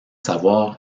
savoir